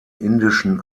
indischen